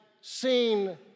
seen